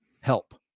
help